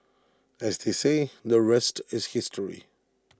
as they say the rest is history